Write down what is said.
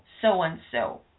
so-and-so